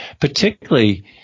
particularly